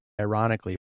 ironically